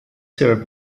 served